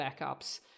backups